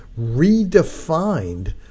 redefined